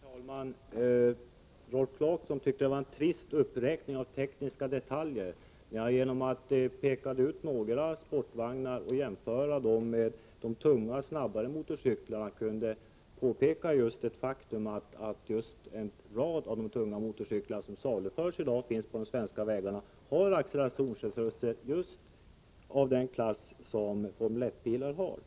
Herr talman! Rolf Clarkson tyckte att jag gjorde en trist uppräkning av tekniska detaljer. Genom att peka ut några sportvagnar och jämföra dem med de tunga snabba motorcyklarna kunde jag visa på just det faktum att en rad tunga motorcyklar, som i dag saluförs i Sverige och finns på de svenska vägarna, har accelerationsresurser av samma klass som formel 1-bilar har.